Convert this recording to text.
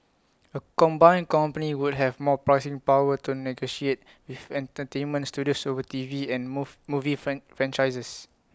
A combined company would have more pricing power to negotiate with entertainment studios over T V and move movie fan franchises